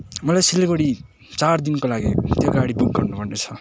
मलाई सिलगढी चार दिनकोलागि त्यो गाडी बुक गर्नुपर्ने छ